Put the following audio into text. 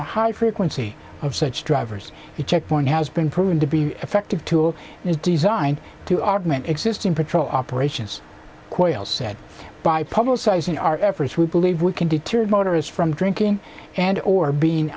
a high frequency of such drivers the checkpoint has been proven to be effective tool and is designed to aardman existing patrol operations quale said by publicizing our efforts we believe we can deter motorists from drinking and or being